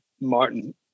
Martin